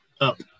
up